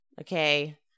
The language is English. okay